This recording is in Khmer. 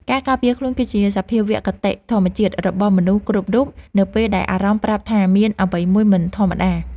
ការការពារខ្លួនគឺជាសភាវគតិធម្មជាតិរបស់មនុស្សគ្រប់រូបនៅពេលដែលអារម្មណ៍ប្រាប់ថាមានអ្វីមួយមិនធម្មតា។